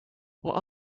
what